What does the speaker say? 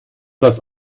das